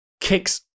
kicks